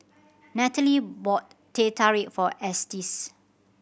Nataly bought Teh Tarik for Estes